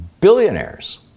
billionaires